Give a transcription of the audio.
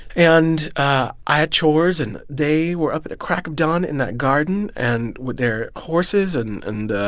and i had chores. and they were up at the crack of dawn in that garden and with their horses. and and